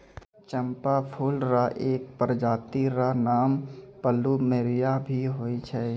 चंपा फूल र एक प्रजाति र नाम प्लूमेरिया भी होय छै